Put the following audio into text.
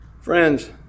Friends